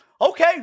okay